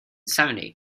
seventy